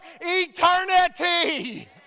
eternity